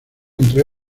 entre